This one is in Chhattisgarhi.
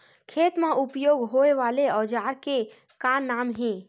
खेत मा उपयोग होए वाले औजार के का नाम हे?